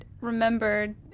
remembered